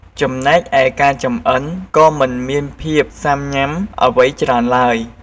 ចំណែកឯការចម្អិន ក៏មិនមានភាពស៊ាំញុាំអ្វីច្រើនឡើយ។